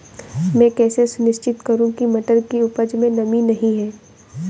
मैं कैसे सुनिश्चित करूँ की मटर की उपज में नमी नहीं है?